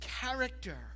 character